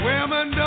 Women